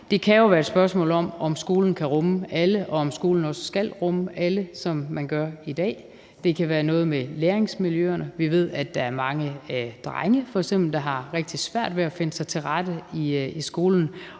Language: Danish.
Det kan være et spørgsmål om, om skolen kan rumme alle, og om skolen også skal rumme alle, sådan som det er i dag. Det kan være noget med læringsmiljøer. Vi ved, at der f.eks. er mange drenge, der har rigtig svært ved at finde sig til rette i skolen,